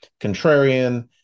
contrarian